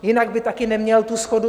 Jinak by taky neměl shodu